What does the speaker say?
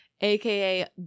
aka